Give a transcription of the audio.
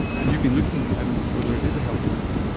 and you've been looking at whether it is a healthy diet.